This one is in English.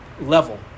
level